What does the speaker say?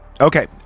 Okay